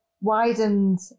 widened